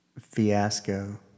fiasco